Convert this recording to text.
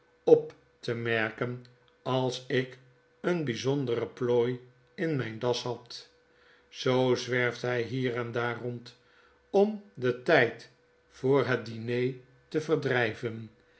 op te merken als ik een bgzondere plooi in mgn das had zoo zwerft hfl hier en daar rond om den tijd voor het diner te verdrgven